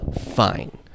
fine